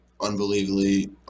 unbelievably